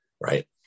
Right